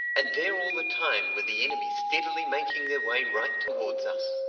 and there all the time were the enemy steadily making their way right towards us.